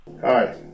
Hi